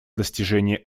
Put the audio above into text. достижения